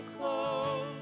close